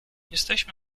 jesteśmy